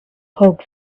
hogs